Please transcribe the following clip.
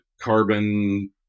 carbon